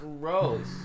Gross